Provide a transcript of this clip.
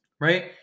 Right